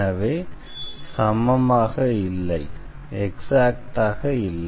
எனவே சமமாக இல்லை